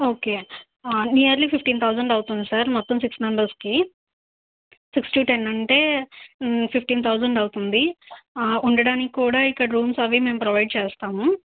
okay nearly fifteen thousand అవుతుంది sir మొత్తం six మెంబర్స్కి సిక్స్ టు టెన్ అంటే ఫిఫ్టీన్ థౌజండ్ అవుతుంది ఉండడానికి కూడా ఇక్కడ రూమ్స్ అవి మేము ప్రొవైడ్ చేస్తాము